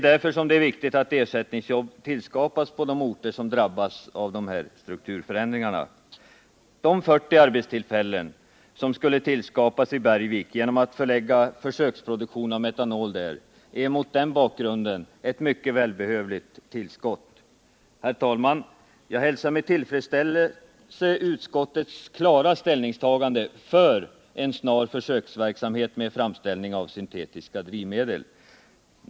Därför är det viktigt att ersättningsjobb tillskapas på de orter som drabbas av de här strukturförändringarna. De 40 arbetstillfällen som skulle skapas i Bergvik genom att försöksproduktionen av metanol förlades dit är mot den bakgrunden ett mycket välbehövligt tillskott. Herr talman! Jag hälsar med tillfredsställelse utskottets klara ställningstagande för en snar försöksverkamhet med framställning av syntetiska drivmedel.